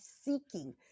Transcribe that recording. seeking